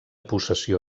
possessió